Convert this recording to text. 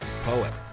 Poet